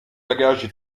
bagages